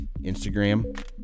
Instagram